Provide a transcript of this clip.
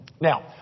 Now